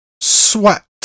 Sweat